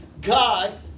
God